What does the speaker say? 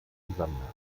zusammenhang